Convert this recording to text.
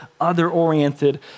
other-oriented